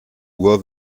uhr